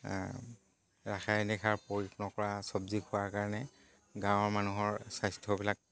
ৰাসায়নিক সাৰ প্ৰয়োগ নকৰা চবজি খোৱাৰ কাৰণে গাঁৱৰ মানুহৰ স্বাস্থ্যবিলাক প্ৰায়